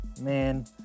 Man